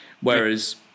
Whereas